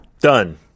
Done